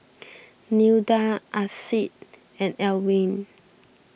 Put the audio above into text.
Nilda Ardyce and Alwine